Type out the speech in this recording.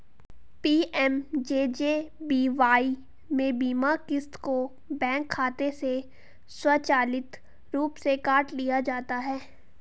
PMJJBY में बीमा क़िस्त को बैंक खाते से स्वचालित रूप से काट लिया जाता है